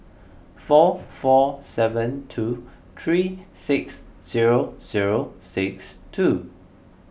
four four seven two three six zero zero six two